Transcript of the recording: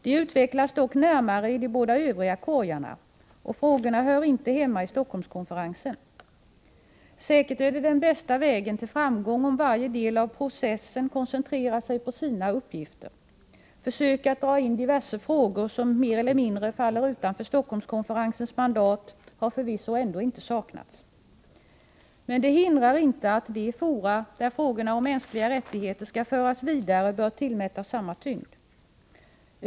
De utvecklas dock närmare i de båda övriga korgarna, och frågorna hör inte hemma i Stockholmskonferensen. Säkert är det den bästa vägen till framgång om varje del av processen koncentrerar sig på sina uppgifter. Försök att dra in diverse frågor som mer eller mindre faller utanför Stockholmskonferensens mandat har förvisso ändå inte saknats. Men det hindrar inte att de fora där frågorna om mänskliga rättigheter skall föras vidare bör tillmätas samma tyngd.